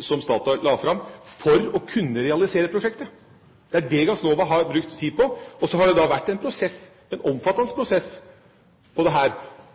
som Statoil la fram, for å kunne realisere prosjektet. Det er det Gassnova har brukt tid på. Og så har det da vært en omfattende prosess på dette,